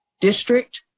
district